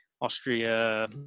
Austria